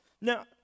Now